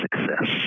success